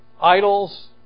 Idols